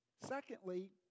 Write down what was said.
Secondly